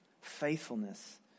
Faithfulness